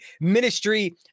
Ministry